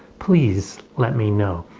please let me know.